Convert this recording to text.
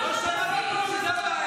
זו הבעיה